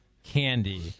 candy